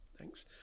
thanks